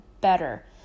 better